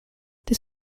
this